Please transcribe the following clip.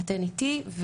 אתן איתי,